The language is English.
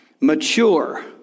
mature